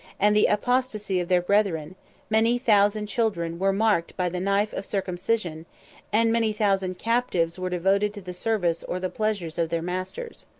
and the apostasy of their brethren many thousand children were marked by the knife of circumcision and many thousand captives were devoted to the service or the pleasures of their masters.